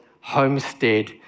homestead